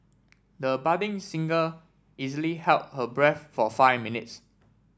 the budding singer easily held her breath for five minutes